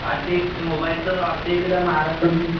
हा ते मोबाईलचं आपल्या इकडं महाराष्ट्र मी